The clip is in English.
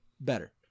better